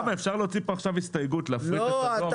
אפשר להוציא פה עכשיו הסתייגות ולהציע להפריט את הדואר.